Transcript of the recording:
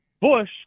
Bush